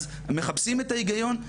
אז מחפשים את ההיגיון?